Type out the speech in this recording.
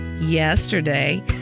Yesterday